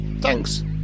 thanks